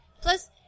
Plus